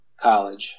college